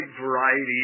variety